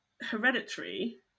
Hereditary